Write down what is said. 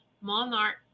monarch